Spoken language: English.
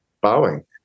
bowing